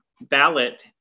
ballot